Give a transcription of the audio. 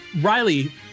Riley